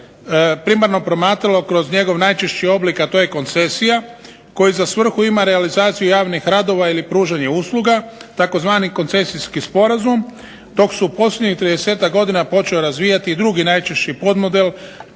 primarno promatralo kroz njegov najčešći oblik, a to je koncesija koji za svrhu ima realizaciju javnih radova ili pružanje usluga tzv. "koncesijski sporazum" dok se posljednjih 30-ak godina počeo razvijati i drugi najčešći podmodel